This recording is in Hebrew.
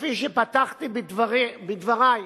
וכפי שפתחתי בדברי,